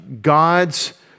God's